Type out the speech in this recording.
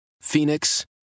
Phoenix